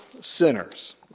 sinners